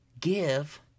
give